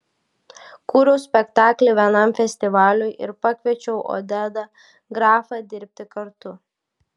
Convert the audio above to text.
kūriau spektaklį vienam festivaliui ir pakviečiau odedą grafą dirbti kartu